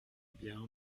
bien